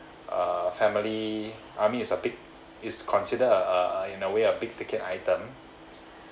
a family I mean it's a big is consider a a a in a way a big ticket item